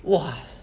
!wah!